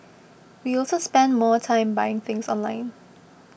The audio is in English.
we also spend more time buying things online